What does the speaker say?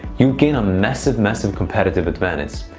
you'll gain a massive, massive competitive advantage,